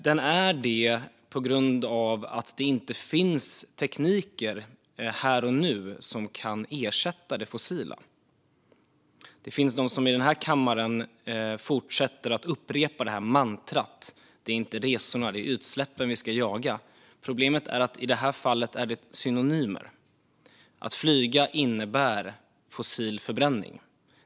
Det är det på grund av att det inte finns tekniker som här och nu kan ersätta det fossila. Det finns de som i den här kammaren fortsätter att upprepa mantrat att det inte är resorna utan utsläppen vi ska jaga. Problemet är att det i detta fall är synonymt - att flyga innebär fossil förbränning.